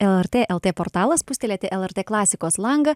lrt lt portalą spustelėti lrt klasikos langą